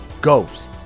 goes